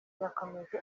yakomeje